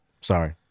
Sorry